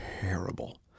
terrible